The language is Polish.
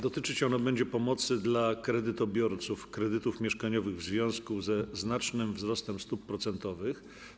Dotyczyć ono będzie pomocy dla kredytobiorców kredytów mieszkaniowych w związku ze znacznym wzrostem stóp procentowych.